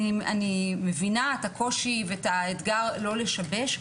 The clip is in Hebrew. אני מבינה את הקושי ואת האתגר לא לשבש,